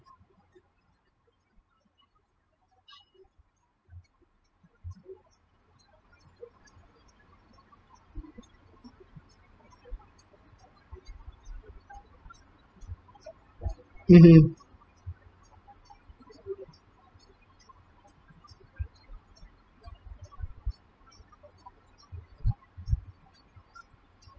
mmhmm